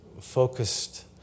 focused